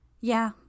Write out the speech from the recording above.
Yeah